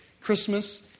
Christmas